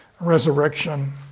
resurrection